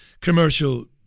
commercial